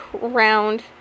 round